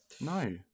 no